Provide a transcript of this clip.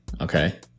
okay